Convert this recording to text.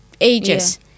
ages